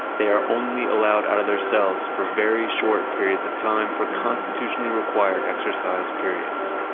they are only allowed out of their cells for very short periods of time for constitutionally required exercise periods.